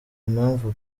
impamvu